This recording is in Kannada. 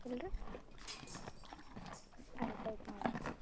ಇಲ್ಲರಿ ಆಯ್ತು ಆಯ್ತು ಮಾಡ್ರಿ